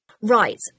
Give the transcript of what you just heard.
right